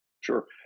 Sure